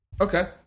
Okay